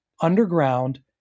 underground